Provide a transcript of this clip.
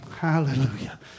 Hallelujah